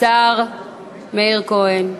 השר מאיר כהן.